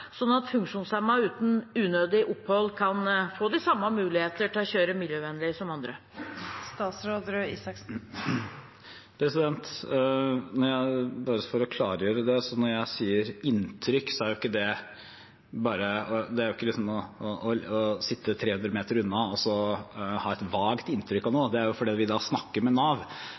sånn at funksjonshemmede uten unødig opphold kan få de samme muligheter til å kjøre miljøvennlig som andre? Bare for å klargjøre: Når jeg sier inntrykk, betyr ikke det å sitte 300 meter unna og ha et vagt inntrykk av noe. Det er fordi vi snakker med Nav, og som Nav sier, er de også opptatt av dette. Jeg er en varm tilhenger av